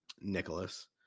Nicholas